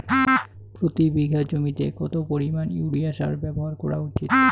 প্রতি বিঘা জমিতে কত পরিমাণ ইউরিয়া সার ব্যবহার করা উচিৎ?